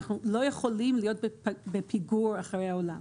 אנחנו לא יכולים להיות בפיגור אחרי העולם.